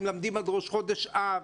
הם מלמדים עד ראש חודש אב,